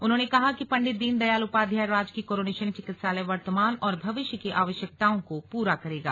उन्होंने कहा कि पंडित दीनदयाल उपाध्याय राजकीय कोरोनेशन चिकित्सालय वर्तमान और भविष्य की आवश्यकताओं को पूरा करेगा